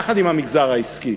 יחד עם המגזר העסקי.